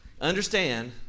understand